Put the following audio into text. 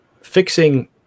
fixing